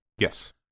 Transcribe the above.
Yes